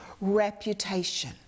reputation